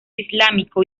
islámico